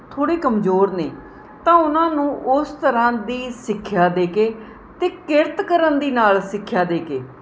ਥੋੜ੍ਹੇ ਕਮਜ਼ੋਰ ਨੇ ਤਾਂ ਉਹਨਾਂ ਨੂੰ ਉਸ ਤਰ੍ਹਾਂ ਦੀ ਸਿੱਖਿਆ ਦੇ ਕੇ ਅਤੇ ਕਿਰਤ ਕਰਨ ਦੀ ਨਾਲ਼ ਸਿੱਖਿਆ ਦੇ ਕੇ